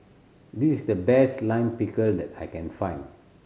this is the best Lime Pickle that I can find